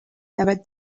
never